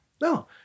No